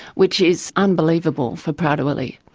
which is unbelievable for prader-willi.